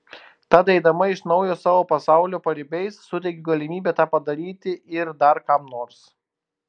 tad eidama iš naujo savo pasaulio paribiais suteikiu galimybę tą padaryti ir dar kam nors